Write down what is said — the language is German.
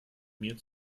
mir